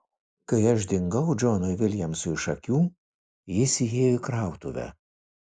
kai aš dingau džonui viljamsui iš akių jis įėjo į krautuvę